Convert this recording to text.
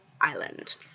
Island